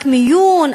רק מיון,